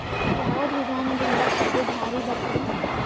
ಯಾವದ ವಿಧಾನದಿಂದ ಕಬ್ಬು ಭಾರಿ ಬರತ್ತಾದ?